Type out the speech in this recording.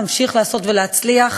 תמשיך לעשות ולהצליח.